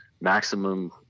maximum